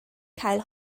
cael